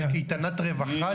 מה זה, קייטנת רווחה, צה"ל?